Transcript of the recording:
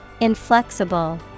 Inflexible